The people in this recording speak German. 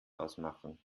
ausmachen